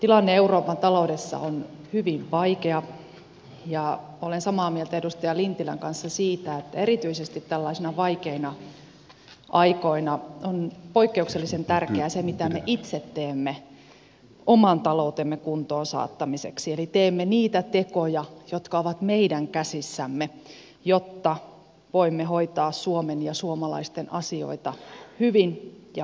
tilanne euroopan taloudessa on hyvin vaikea ja olen samaa mieltä edustaja lintilän kanssa siitä että erityisesti tällaisina vaikeina aikoina on poikkeuksellisen tärkeää se mitä me itse teemme oman taloutemme kuntoon saattamiseksi eli teemme niitä tekoja jotka ovat meidän käsissämme jotta voimme hoitaa suomen ja suomalaisten asioita hyvin ja oikeudenmukaisesti